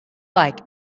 like